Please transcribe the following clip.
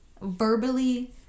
verbally